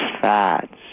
fats